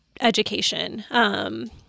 education